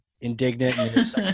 indignant